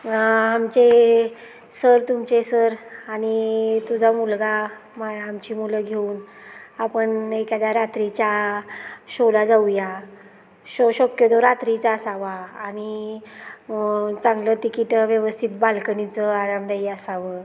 आमचे सर तुमचे सर आणि तुझा मुलगा मा आमची मुलं घेऊन आपण एखाद्या रात्रीच्या शोला जाऊया शो शक्यतो रात्रीचा असावा आणि चांगलं तिकीट व्यवस्थित बाल्कनीचं आरामदायी असावं